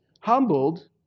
humbled